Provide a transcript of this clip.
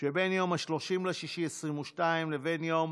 שבין יום 30 ביוני 2022 לבין יום